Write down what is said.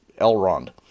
Elrond